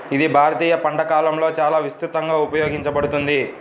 ఇది భారతీయ వంటకాలలో చాలా విస్తృతంగా ఉపయోగించబడుతుంది